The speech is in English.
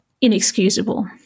inexcusable